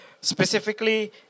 specifically